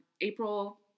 April